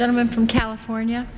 gentleman from california